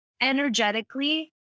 energetically